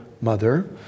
mother